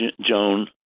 Joan